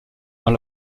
dans